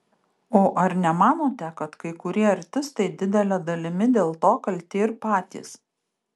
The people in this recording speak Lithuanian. o ar nemanote kad kai kurie artistai didele dalimi dėl to kalti ir patys